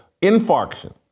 infarction